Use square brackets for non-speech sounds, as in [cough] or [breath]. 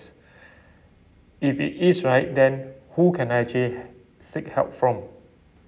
[breath] if it is right then who can I actually seek help from